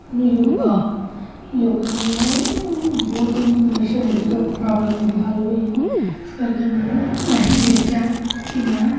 ਮੈਂ ਯੋਗਾ ਯੋਗਾ ਨਾਲ ਮੈਂ ਬਹੁਤ ਮਤਲਬ ਸਰੀਰਕ ਪ੍ਰੋਬਲਮ ਮੇਰੀ ਹੱਲ ਹੋਈ ਹੈ ਇਸ ਕਰਕੇ ਮੈਨੂੰ ਇਹੀ ਖਿਚ ਹੈ ਕਿ ਮੈਂ